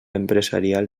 empresarial